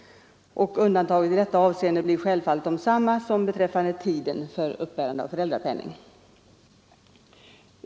Undantaget i detta avseende blir självfallet detsamma som beträffande tiden för uppbärande av föräldrapenning.